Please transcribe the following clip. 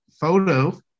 photo